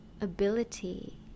ability